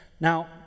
Now